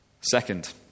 Second